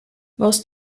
most